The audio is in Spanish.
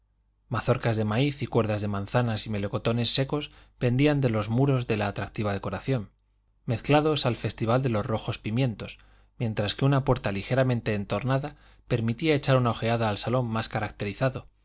mazorcas de maíz y cuerdas de manzanas y melocotones secos pendían de los muros en atractiva decoración mezclados al festival de los rojos pimientos mientras una puerta ligeramente entornada permitía echar una ojeada al salón más caracterizado